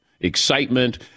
excitement